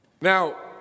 Now